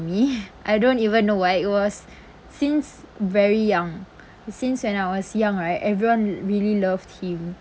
me I don't even know why it was since very young since when I was young right everyone really loved him